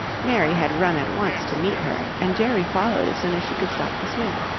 mary had run at once to meet her and jerry followed as soon as she could stop the swing.